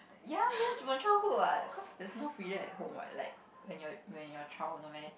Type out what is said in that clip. ya ya that was my childhood what cause there is more freedom at home what like when you when you are child no meh